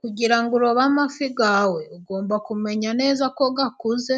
Kugira ngo urobe amafi yawe, ugomba kumenya neza ko akuze,